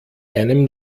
einem